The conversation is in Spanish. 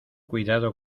cuidado